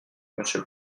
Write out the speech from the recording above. monsieur